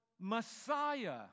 Messiah